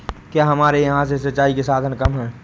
क्या हमारे यहाँ से सिंचाई के साधन कम है?